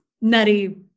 nutty